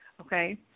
Okay